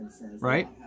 Right